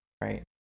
right